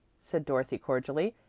said dorothy cordially.